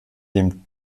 dem